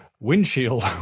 windshield